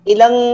Ilang